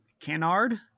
Canard